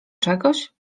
czegoś